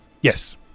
Yes